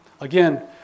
Again